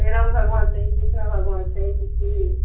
राम भगबान छै कि कृष्ण भगबान छै कि की